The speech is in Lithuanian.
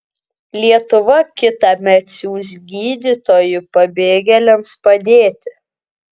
lietuva kitąmet siųs gydytojų pabėgėliams padėti